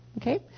Okay